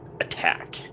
attack